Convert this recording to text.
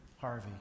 Harvey